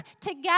together